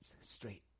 straight